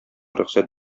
рөхсәт